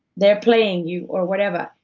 they're playing you. or whatever.